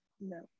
no